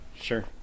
Sure